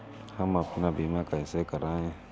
हम अपना बीमा कैसे कराए?